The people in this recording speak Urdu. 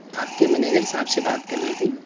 آپ کے منیجر صاحب سے بات کرنی تھی